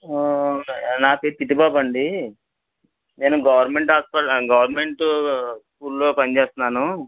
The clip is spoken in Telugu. నా పేరు చిట్టిబాబు అండి నేను గవర్నమెంట్ హాస్ట గవర్నమెంట్ స్కూల్లో పని చేస్తున్నాను